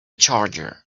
charger